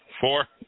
Four